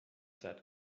that